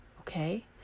okay